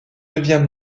devient